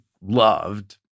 loved